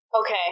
Okay